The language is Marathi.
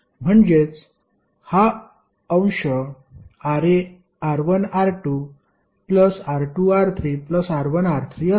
म्हणजेच हा अंश R1 R2 R2 R3 R1 R3 असेल